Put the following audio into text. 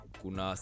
kuna